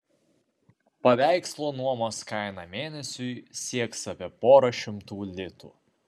paveikslo nuomos kaina mėnesiui sieks apie porą šimtų litų